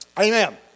Amen